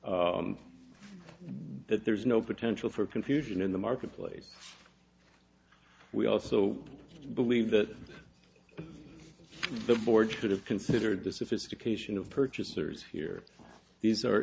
s that there is no potential for confusion in the marketplace we also believe that the board should have considered this if it's occasion of purchasers here these are